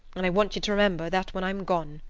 and i want ye to remember that when i'm gone.